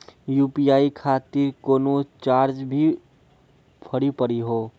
UPI खातिर कोनो charge भी भरी पड़ी हो?